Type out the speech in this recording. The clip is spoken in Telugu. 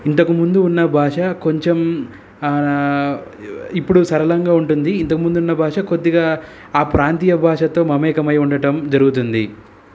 ఇంతకుముందు ఉన్న భాష కొంచెం ఇప్పుడు సరళంగా ఉంటుంది ఇంతకుముందు ఉన్న భాష కొద్దిగా ఆ ప్రాంతీయ భాషతో మమేకమై ఉండడం జరుగుతుంది